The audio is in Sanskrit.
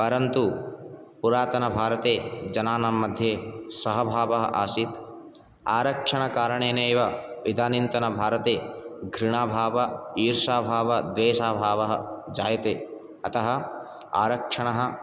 परन्तु पुरातनभारते जनानां मध्ये सहभावः आसीत् आरक्षणकारणेनैव इदानीन्तनभारते घृणाभावः ईर्षाभावः द्वेषाभावः जायते अतः आरक्षणः